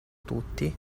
tutti